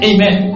Amen